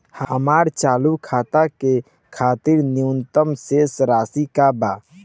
हमार चालू खाता के खातिर न्यूनतम शेष राशि का बा?